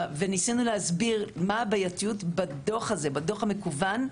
וניסינו להסביר מה הבעייתיות בדוח המקוון,